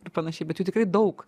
ir panašiai bet jų tikrai daug